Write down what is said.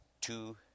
two